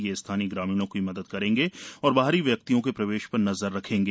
ये स्थानीय ग्रामीणों की मदद करेंगे और बाहरी व्यक्तियों के प्रवेश पर नजर रखेंगे